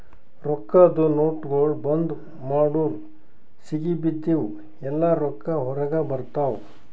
ರೊಕ್ಕಾದು ನೋಟ್ಗೊಳ್ ಬಂದ್ ಮಾಡುರ್ ಸಿಗಿಬಿದ್ದಿವ್ ಎಲ್ಲಾ ರೊಕ್ಕಾ ಹೊರಗ ಬರ್ತಾವ್